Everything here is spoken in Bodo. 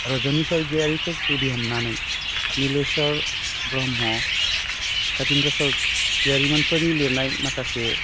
रजनि सरगयारिखौ गुदि हमनानै निलेशवर ब्रह्म कातिन्द्र सरगियारिफोर लिरनाय माखासे